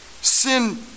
Sin